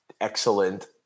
excellent